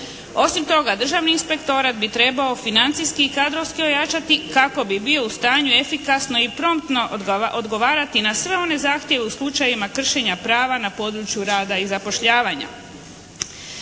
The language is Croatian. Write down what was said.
Osim toga Državni inspektorat bi trebao financijski i kadrovski ojačati kako bi bio u stanju efikasno i promptno odgovarati na sve one zahtjeve u slučajevima kršenja prava u području rada i zapošljavanja.